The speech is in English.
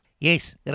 Yes